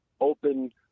open